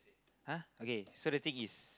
!huh! okay so the thing is